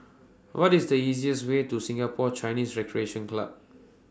What IS The easiest Way to Singapore Chinese Recreation Club